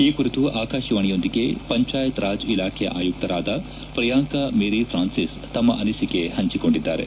ಈ ಕುರಿತು ಆಕಾಶವಾಣಿಯೊಂದಿಗೆ ಪಂಚಾಯತ್ ರಾಜ್ ಇಲಾಖೆ ಆಯುಕ್ತರಾದ ಪ್ರಿಯಾಂಕ ಮೇರಿ ಫ್ರಾನ್ಸಿಸ್ ತಮ್ಮ ಅನಿಸಿಕೆ ಪಂಚಿಕೊಂಡಿದ್ದಾರೆ